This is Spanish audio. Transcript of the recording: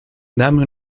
dame